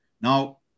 Now